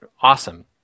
awesome